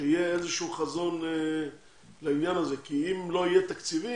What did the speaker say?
שיהיה איזה שהוא חזון לעניין הזה כי אם לא יהיו תקציבים,